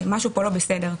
שמשהו פה לא בסדר.